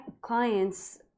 clients